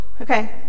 Okay